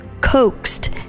coaxed